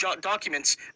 documents